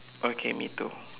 okay me too